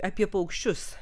apie paukščius